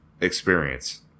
experience